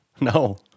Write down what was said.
No